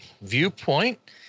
viewpoint